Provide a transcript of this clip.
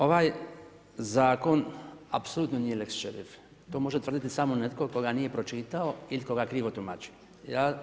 Ovaj zakon apsolutno nije lex šerif, to može tvrditi samo netko tko ga nije pročitao ili tko ga krivo tumači.